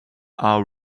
are